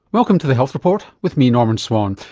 welcome to the health report with me, norman swan.